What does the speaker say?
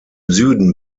süden